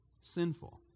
sinful